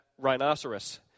rhinoceros